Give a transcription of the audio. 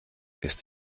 ist